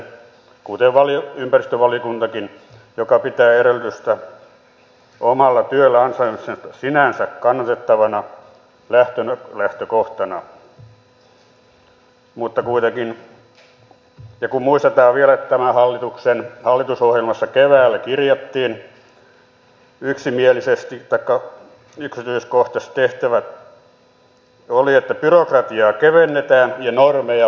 tätä ihmettelen kuten ympäristövaliokuntakin joka pitää edellytystä omalla työllä ansainnasta sinänsä kannatettavana lähtökohtana mutta kuitenkin kun muistetaan vielä että tämän hallituksen hallitusohjelmassa keväällä kirjattiin yksityiskohtaisesti tehtävä että byrokratiaa kevennetään ja normeja puretaan